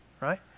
Right